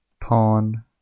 Pawn